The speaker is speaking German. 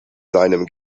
seinem